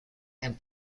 and